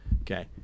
Okay